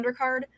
undercard